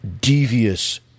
devious